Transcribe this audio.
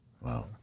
Wow